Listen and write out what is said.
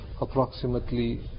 Approximately